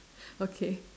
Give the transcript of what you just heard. okay